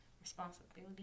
responsibility